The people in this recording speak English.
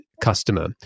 customer